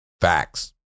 Facts